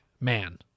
man